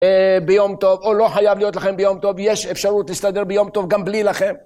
ביום טוב, או לא חייב להיות לכם ביום טוב, יש אפשרות להסתדר ביום טוב גם בלי לכם.